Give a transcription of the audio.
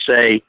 say